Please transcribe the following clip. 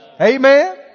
amen